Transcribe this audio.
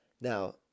Now